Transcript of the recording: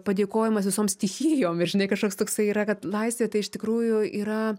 padėkojimas visom stichijom ir žinai kažkoks toksai yra kad laisvė tai iš tikrųjų yra